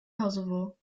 kosovo